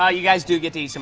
ah you guys do get to eat some